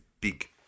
big